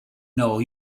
know